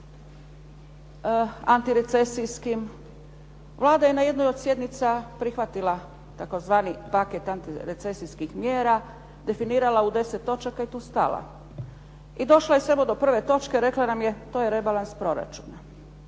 antirecesijskim. Vlada je na jednoj od sjednica prihvatila tzv. paket antirecesijskih mjera, definirala u 10 točaka i tu stala. I došla je samo do prve točke, rekla nam je to je rebalans proračuna.